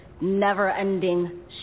never-ending